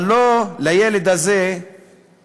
אבל לא לילד הזה פיללנו.